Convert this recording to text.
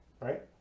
Right